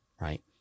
right